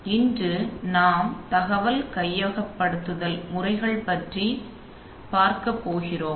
எனவே இன்று நாம் தகவல் கையகப்படுத்துதல் முறைகள் பற்றி பார்க்கப் போகிறோம்